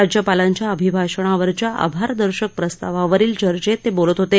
राज्यपालांच्या अभिभाषणावरच्या आभारदर्शक प्रस्तावावरील चर्चेत ते बोलत होते